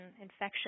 infection